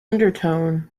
undertone